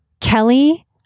kelly